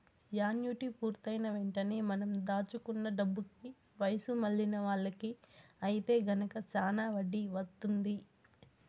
annuity పూర్తయిన వెంటనే మనం దాచుకున్న డబ్బుకి వయసు మళ్ళిన వాళ్ళకి ఐతే గనక శానా వడ్డీ వత్తుంది